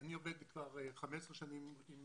אני עובד כבר 15 שנים.